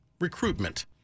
recruitment